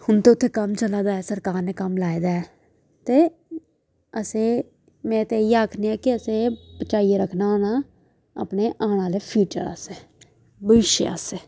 हून ते उत्थें कम्म चला दा ऐ सरकार ने कम्म लाए दा ऐ ते असें में ते इ'यै आक्खनी आं कि असें एह् बचाइयै रक्खना हून अपने आने आह्ले फ्यूचर आस्तै भविष्य आस्तै